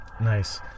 Nice